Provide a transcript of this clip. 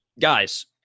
Guys